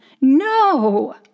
No